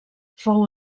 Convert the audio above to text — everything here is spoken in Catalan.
fou